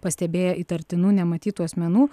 pastebėję įtartinų nematytų asmenų